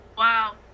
Wow